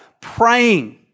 praying